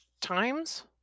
times